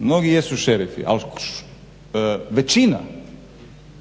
Mnogi jesu šerifi, ali